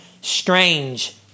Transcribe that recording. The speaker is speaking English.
strange